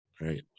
right